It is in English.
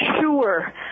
sure